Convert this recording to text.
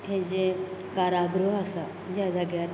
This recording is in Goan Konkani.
हें जे कारागृह आसा ज्या जाग्यार